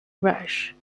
rush